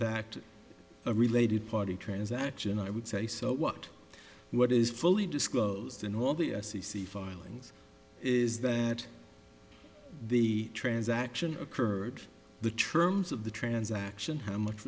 fact a related party transactions i would say so what what is fully disclosed in all the s c c filings is that the transaction occurred the trends of the transaction how much